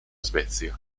svezia